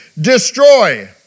destroy